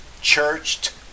churched